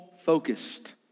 focused